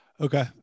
Okay